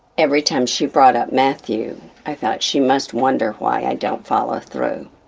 every time she brought up mathew, i thought she must wonder why i don't follow through.